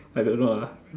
I don't know ah